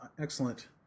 Excellent